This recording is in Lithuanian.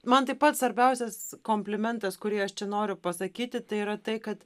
man tai pats svarbiausias komplimentas kurį aš čia noriu pasakyti tai yra tai kad